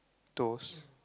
toes